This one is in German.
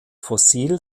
fossil